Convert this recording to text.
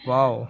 Wow